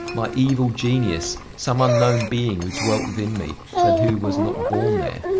my evil genius, some unknown being who dwelt within me, but who was not born there!